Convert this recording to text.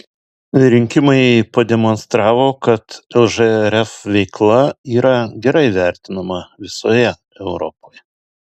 rinkimai pademonstravo kad lžrf veikla yra gerai vertinama visoje europoje